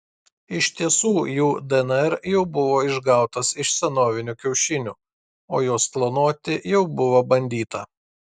iš tiesų jų dnr jau buvo išgautas iš senovinių kiaušinių o juos klonuoti jau buvo bandyta